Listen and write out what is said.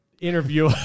interview